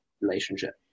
relationship